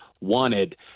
wanted